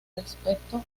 respecto